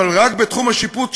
אבל רק בתחום השיפוט שלה.